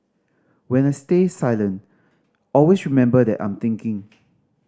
when I stay silent always remember that I'm thinking